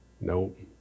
Nope